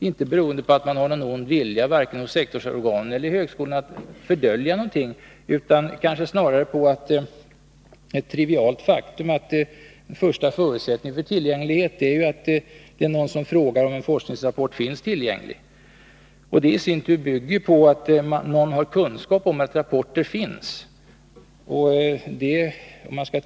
Detta beror inte på någon ond vilja att Hi fördölja någonting, varken i sektorsorganen eller på högskolan, utan kanske snarare på det triviala faktum att första förutsättningen för tillgänglighet är att någon frågar om en forskningsrapport finns tillgänglig, och detta i sin tur bygger på att någon har kunskap om att rapporter finns.